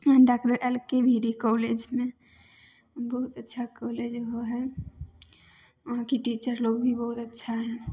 doctor L K V D कॉलेजमे बहुत अच्छा कॉलेज वो हइ उहाँके टीचर लोग भी बहुत अच्छा हइ